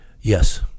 Yes